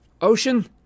ocean